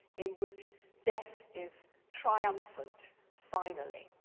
in which death is triumphant finally.